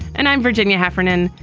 and i'm virginia heffernan.